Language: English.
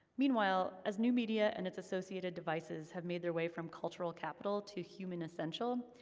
meanwhile, as new media and its associated devices have made their way from cultural capital to human essential,